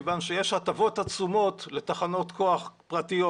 כיוון שיש הטבות עצומות לתחנות כוח פרטיות